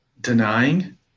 denying